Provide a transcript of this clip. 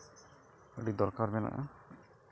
ᱟᱹᱰᱤ ᱫᱚᱨᱠᱟᱨ ᱢᱮᱱᱟᱜᱼᱟ